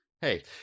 hey